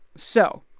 so,